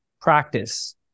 practice